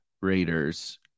raiders